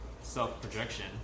self-projection